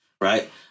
right